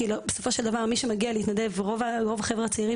כי בסופו של דבר רוב החבר'ה הצעירים